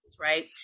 right